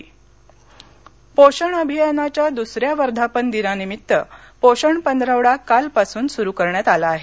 पोषण पोषण अभियानाच्या दुसऱ्या वर्धापनदिनानिमित्त पोषण पंधरवडा कालपासून सुरु करण्यात आला आहे